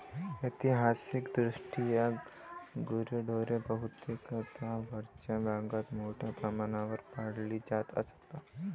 ऐतिहासिकदृष्ट्या गुरेढोरे बहुतेकदा वरच्या भागात मोठ्या प्रमाणावर पाळली जात असत